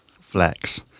Flex